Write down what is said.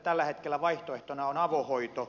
tällä hetkellä vaihtoehtona on avohoito